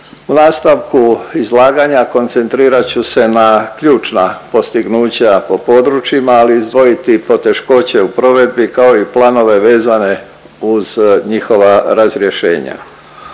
U nastavku izlaganja koncentrirat ću se na ključna postignuća po područjima, ali i izdvojiti poteškoće u provedbi, kao i planove vezane uz njihova razrješenja.